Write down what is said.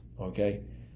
Okay